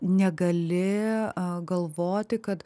negali galvoti kad